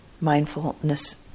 mindfulness